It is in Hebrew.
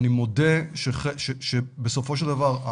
אני מודה שבסופו של דבר,